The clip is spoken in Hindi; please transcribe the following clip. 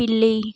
बिल्ली